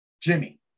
jimmy